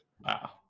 Wow